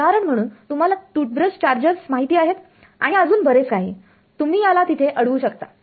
तर उदाहरण म्हणून तुम्हाला टूथब्रश चार्जर्स माहिती आहेत आणि अजून बरेच काही तुम्ही याला तिथे अडवू शकता